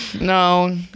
No